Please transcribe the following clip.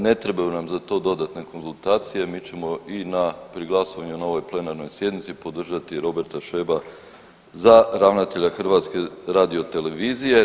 Ne trebaju nam za to dodatne konzultacije mi ćemo i na, pri glasovanju na ovoj plenarnoj sjednici podržati Roberta Šveba za ravnatelja HRT-a.